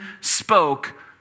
spoke